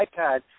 iPad